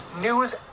news